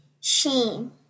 shame